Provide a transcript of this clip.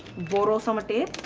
borrow some tape.